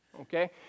Okay